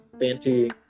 fancy